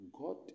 God